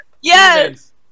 Yes